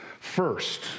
First